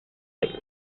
aires